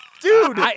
Dude